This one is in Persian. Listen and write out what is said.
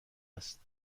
است